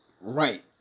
Right